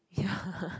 ya